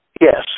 Yes